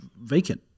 vacant